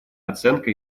оценка